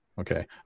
okay